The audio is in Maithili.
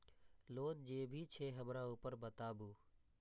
लोन जे भी छे हमरा ऊपर बताबू?